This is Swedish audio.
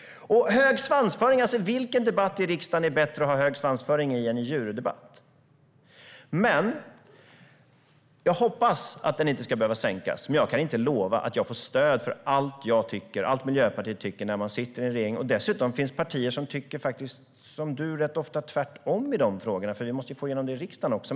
När det gäller hög svansföring undrar jag vilken debatt i riksdagen som det är bättre att ha hög svansföring i än en djurdebatt. Jag hoppas att den inte ska behöva sänkas. Men jag kan inte lova att jag får stöd i regeringen för allt som jag och Miljöpartiet tycker. Det finns också partier som ganska ofta tycker tvärtom i frågorna, liksom du Åsa Coenraads. Vi måste få igenom det i riksdagen också.